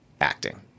acting